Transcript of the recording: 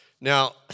Now